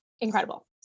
Incredible